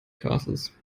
castles